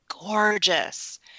gorgeous